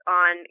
on